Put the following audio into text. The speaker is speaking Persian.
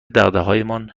دغدغههایمان